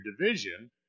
division